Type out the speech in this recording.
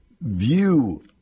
view